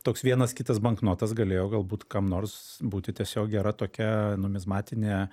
toks vienas kitas banknotas galėjo galbūt kam nors būti tiesiog gera tokia numizmatinė